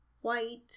white